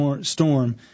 storm